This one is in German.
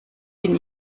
bin